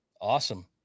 awesome